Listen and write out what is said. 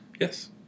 Yes